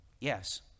Yes